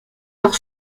leur